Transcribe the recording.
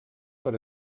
per